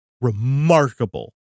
remarkable